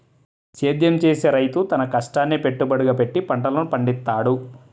సేద్యం చేసే రైతు తన కష్టాన్నే పెట్టుబడిగా పెట్టి పంటలను పండిత్తాడు